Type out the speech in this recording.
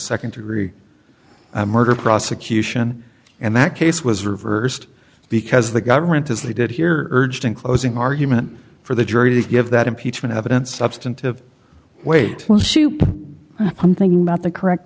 second degree murder prosecution and that case was reversed because the government as they did here urged in closing argument for the jury to give that impeachment evidence substantive weight i'm thinking about the correct